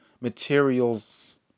materials